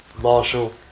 marshall